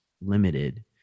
limited